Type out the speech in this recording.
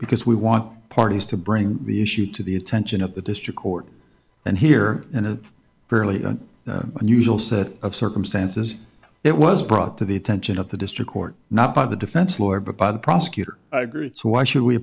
because we want parties to bring the issue to the attention of the district court and here in a fairly unusual set of circumstances it was brought to the attention of the district court not by the defense lawyer but by the prosecutor so why should we